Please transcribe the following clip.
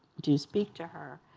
do speak to her.